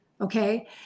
okay